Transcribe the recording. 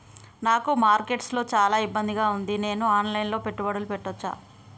నాకు మార్కెట్స్ లో చాలా ఇబ్బందిగా ఉంది, నేను ఆన్ లైన్ లో పెట్టుబడులు పెట్టవచ్చా?